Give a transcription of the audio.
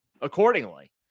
accordingly